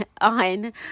on